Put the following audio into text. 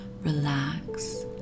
relax